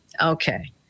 okay